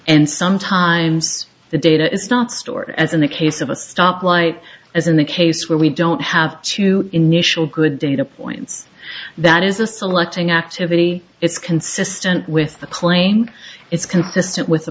and sometimes the data is not stored as in the case of a stoplight as in the case where we don't have two initial good data points that is a selecting activity it's consistent with the claim it's consistent with the